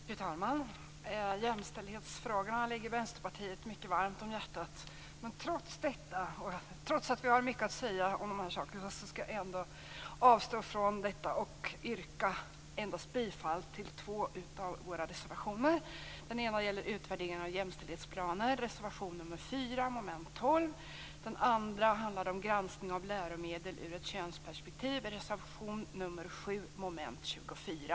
Fru talman! Jämställdhetsfrågorna ligger oss i Vänsterpartiet mycket varmt om hjärtat. Trots att vi har en hel del att säga om de sakerna avstår jag från det. Jag yrkar bifall endast till två av våra reservationer. Den ena gäller utvärdering av jämställdhetsplaner inom högskolan. Jag avser reservation nr 4 under mom. 12. Den andra reservationen handlar om granskning av läromedel ur ett könsperspektiv. Det gäller reservation nr 7 under mom. 24.